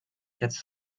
quatre